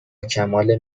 کمال